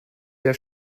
der